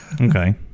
Okay